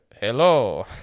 hello